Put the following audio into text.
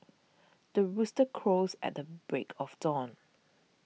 the rooster crows at the break of dawn